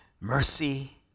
mercy